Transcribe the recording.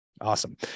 Awesome